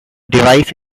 device